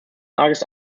largest